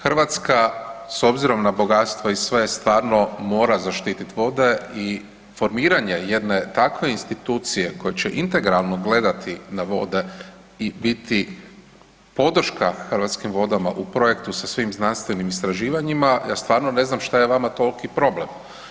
Hrvatska s obzirom na bogatstvo i sve stvarno mora zaštitit vode i formiranje jedne takve institucije koja će integralno gledati na vode i biti podrška Hrvatskim vodama u projektu sa svim znanstvenim istraživanjima, ja stvarno ne znam šta je vama toliki problem.